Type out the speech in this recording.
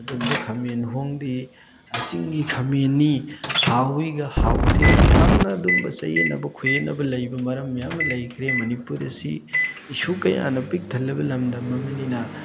ꯑꯗꯨꯝꯕ ꯈꯥꯃꯦꯟ ꯍꯣꯡꯗꯦ ꯆꯤꯡꯒꯤ ꯈꯥꯃꯦꯟꯅꯤ ꯍꯥꯎꯋꯤꯒ ꯍꯥꯎꯇꯦꯒꯅ ꯌꯥꯝꯅ ꯑꯗꯨꯒꯨꯝꯕ ꯆꯌꯦꯠꯅꯕ ꯈꯣꯏꯌꯦꯠꯅꯕ ꯂꯩꯕ ꯃꯔꯝ ꯃꯌꯥꯝ ꯑꯃ ꯂꯩꯈ꯭ꯔꯦ ꯃꯅꯤꯄꯨꯔ ꯑꯁꯤ ꯏꯁꯨ ꯀꯌꯥꯅ ꯄꯤꯛ ꯊꯜꯂꯕ ꯂꯝꯗꯝ ꯑꯃꯅꯤꯅ